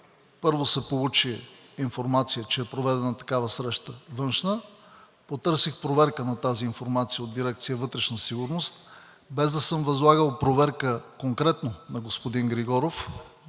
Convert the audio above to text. първо, се получи информация, че е проведена такава среща, външна. Потърсих проверка на тази информация от дирекция „Вътрешна сигурност“, без да съм възлагал проверка конкретно на господин Григоров.